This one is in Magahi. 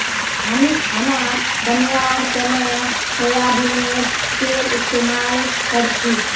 हामी खाना बनव्वार तने सोयाबीनेर तेल इस्तेमाल करछी